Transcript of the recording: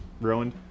ruined